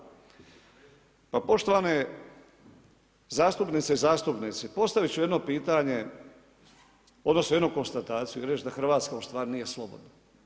Pa poštovane zastupnice i zastupnici, postavit ću jedno pitanje odnosno jednu konstataciju i reći da Hrvatska u stvari nije slobodna.